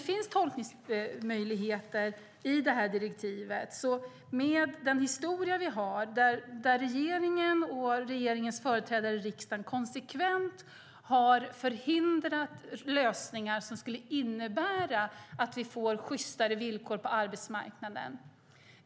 Vi har en historia där regeringen och regeringens företrädare i riksdagen konsekvent har förhindrat lösningar som skulle innebära att vi får sjystare villkor på arbetsmarknaden.